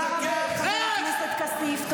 תודה רבה, חבר הכנסת כסיף.